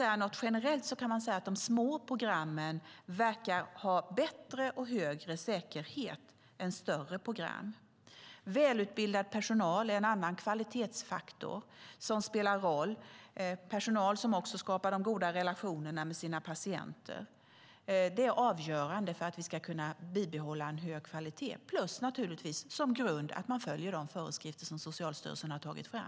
Generellt sett verkar de små programmen ha bättre och högre säkerhet än de större programmen. Välutbildad personal är en annan kvalitetsfaktor som spelar roll. Det gäller också personal som skapar goda relationer med sina patienter. Det är avgörande faktorer för att bibehålla en hög kvalitet - och naturligtvis att de följer de föreskrifter som Socialstyrelsen har tagit fram.